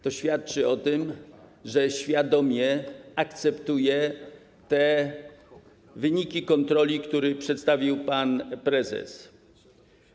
To świadczy o tym, że świadomie akceptuje wyniki kontroli, które przedstawił pan prezes.